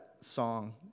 song